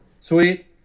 Sweet